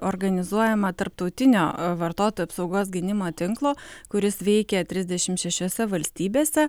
organizuojama tarptautinio vartotojų apsaugos gynimo tinklo kuris veikia trisdešimt šešiose valstybėse